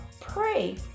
pray